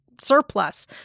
Surplus